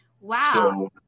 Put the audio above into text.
Wow